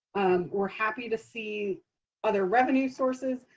we're happy to see other revenue sources,